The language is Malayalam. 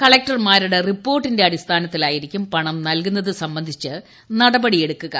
കളക്ടർമാരുടെ റിപ്പോർട്ടിന്റെ അടിസ്ഥാനത്തിലായിരിക്കും പ്പണം നൽകുന്നത് സംബന്ധിച്ച് നടപടിയെടുക്കുക